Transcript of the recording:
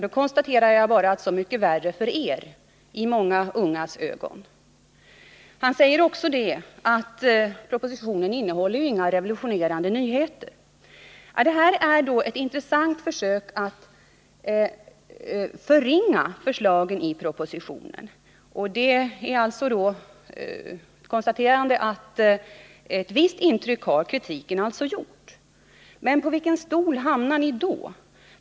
Då konstaterar jag bara: Så mycket värre för er —i många ungas ögon. Larz Johansson säger också att propositionen inte innehåller några revolutionerande nyheter. Det här är ett intressant försök att förringa förslagen i propositionen, och jag kan konstatera: Ett visst intryck har kritiken alltså gjort. Men på vilken stol hamnar ni då?